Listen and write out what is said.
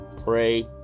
pray